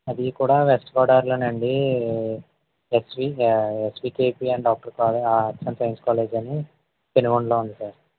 అది కూడా వెస్ట్ గోదావరిలోనే అండి SP SPKP and doctor Raju arts and science college అని పెనుగుండలో ఉంది సార్